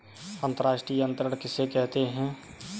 अंतर्राष्ट्रीय अंतरण किसे कहते हैं?